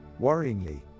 Worryingly